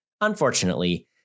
Unfortunately